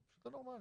את לא נורמלית.